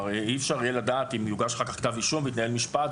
אי אפשר יהיה לדעת אם יוגש אחר כך כתב אישום ויתנהל משפט.